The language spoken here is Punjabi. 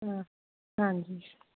ਹਾਂ ਹਾਂਜੀ